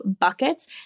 buckets